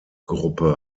gruppe